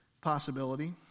possibility